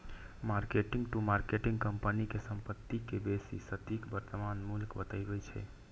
mark to market company के संपत्ति के बेसी सटीक वर्तमान मूल्य बतबै छै